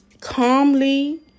calmly